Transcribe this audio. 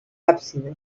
ábside